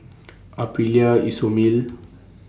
Aprilia Isomil